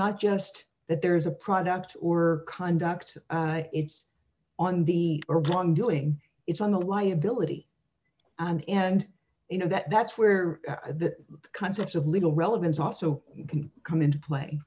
not just that there is a product or conduct it's on the or wrongdoing it's on the liability and you know that that's where the concept of little relevance also can come into play